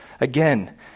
again